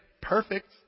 Perfect